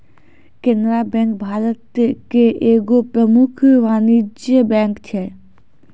केनरा बैंक भारत के एगो प्रमुख वाणिज्यिक बैंक छै